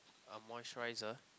a moisturizer